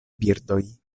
birdoj